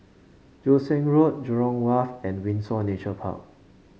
Joo Seng Road Jurong Wharf and Windsor Nature Park